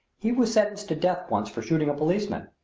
he was sentenced to death once for shooting a policeman,